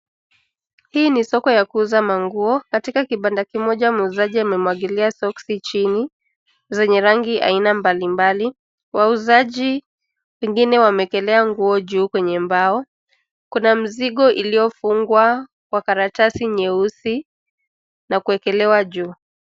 Hii ni soko ya kuuza manguo, katika kibanda kimoja muuzaji amemwagilia soksi chini, zenye rangi aina mbalimbali, wauzaji, pengine wameekelea nguo juu kwenye mbao, kuna mzigo iliyofungwa, kwa karatasi nyeusi, na kuwekelewa juu.